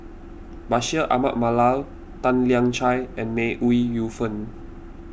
Bashir Ahmad Mallal Tan Lian Chye and May Ooi Yu Fen